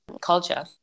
culture